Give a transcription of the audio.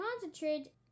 concentrate